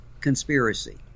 conspiracy